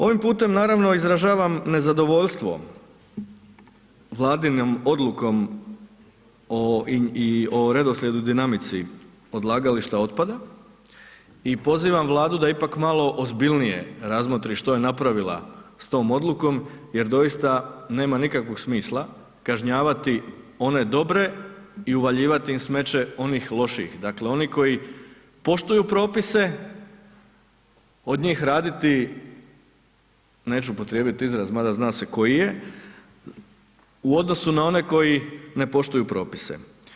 Ovim putem naravno izražavam nezadovoljstvo Vladinom odlukom o i o redoslijedu, dinamici odlagališta otpada i pozivam Vladu da ipak malo ozbiljnije razmotri što je napravila s tom odlukom jer doista nema nikakvog smisla kažnjavati one dobre i uvaljivati im smeće onih lošijih, dakle oni koji poštuju propise od njih raditi neću upotrijebiti izraz mada zna se koji je, u odnosu na one koji ne poštuju propise.